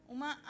Uma